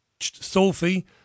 Sophie